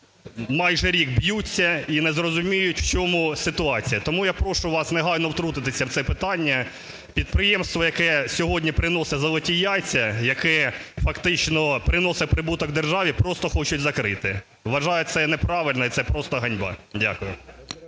майже рік б'ються і не розуміють, у чому ситуація. Тому я прошу вас негайно втрутитися в це питання. Підприємство, яке сьогодні приносить золоті яйця, яке фактично приносить прибуток державі просто хочуть закрити. Вважаю, це є неправильно і це просто ганьба. Дякую.